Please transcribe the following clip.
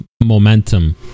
Momentum